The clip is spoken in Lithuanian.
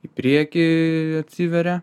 į priekį atsiveria